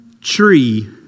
tree